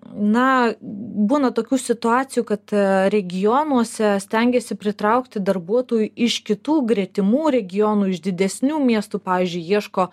na būna tokių situacijų kad regionuose stengiasi pritraukti darbuotojų iš kitų gretimų regionų iš didesnių miestų pavyzdžiui ieško